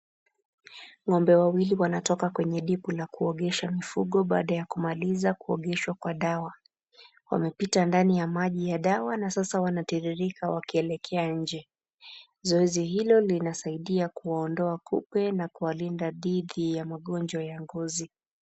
Ng'ombe wawili wanatoka kwenye dipu ya kuogesha mifugo baada ya kumaliza kuogeshwa kwa dawa. Wanapita ndani ya maji ya sawa na sasa wanatoririka wakielekea nje, zoezi hilo linasaidia kuwaondoa na kuwalinda dhidi ya magonjwa ya ngozi.